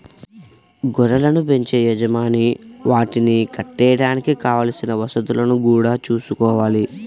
గొర్రెలను బెంచే యజమాని వాటిని కట్టేయడానికి కావలసిన వసతులను గూడా చూసుకోవాలి